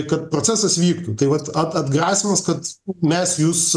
kad procesas vyktų tai vat at atgrasymas kad mes jus